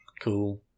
cool